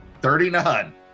thirty-nine